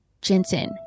Jensen